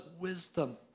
wisdom